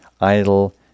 idle